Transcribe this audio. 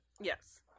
Yes